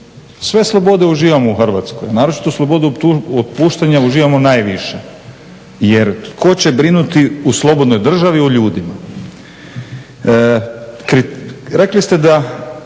Sve slobode uživamo u Hrvatskoj, naročito slobodu otpuštanja uživamo najviše. Jer tko će brinuti u slobodnoj državi o ljudima. Rekli ste da